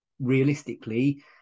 realistically